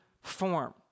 form